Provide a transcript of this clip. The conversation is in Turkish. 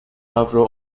avro